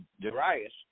Darius